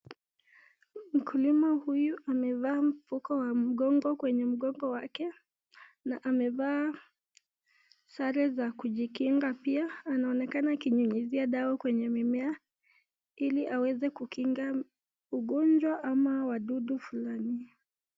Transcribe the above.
Mkulima huyu amevaa mfuko wa mgongo kwenye mgongo wake na amevaa sare za kujikinga pia anaonekana kunyunyizia dawa kwenye mimea ili aweze kukinga ugonjwa au wadudu fulani.